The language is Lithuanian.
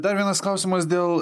dar vienas klausimas dėl